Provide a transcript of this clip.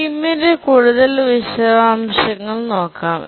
സ്കീമിന്റെ കൂടുതൽ വിശദാംശങ്ങൾ നോക്കാം